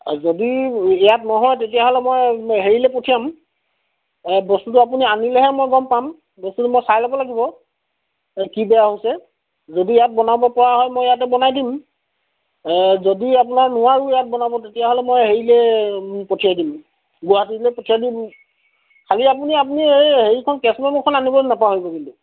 আৰু যদি ইয়াত নহয় তেতিয়াহ'লে মই হেৰিলৈ পঠিয়াম বস্তুটো আপুনি আনিলেহে মই গম পাম বস্তুটো মই চাই ল'ব লাগিব কি বেয়া হৈছে যদি ইয়াত বনাব পৰা হয় মই ইয়াতে বনাই দিম যদি আপোনাৰ নোৱাৰো ইয়াত বনাব তেতিয়াহ'লে মই হেৰিলৈ পঠিয়াই দিম গুৱাহাটীলৈ পঠিয়াই দিম খালী আপুনি আপুনি সেই হেৰিখন কেছমেম'খন আনিবলৈ নেপাহৰিব কিন্তু